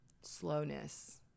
slowness